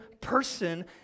person